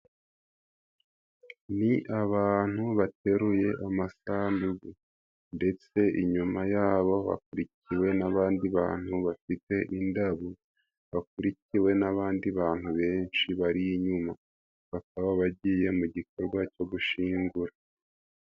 Ni abantu bateruye amasandugu ndetse inyuma yabo bakurikiwe n'abandi bantu bafite indabo, bakurikiwe n'abandi bantu benshi bari inyuma bakaba bagiye mu gikorwa cyo gushingura.